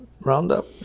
roundup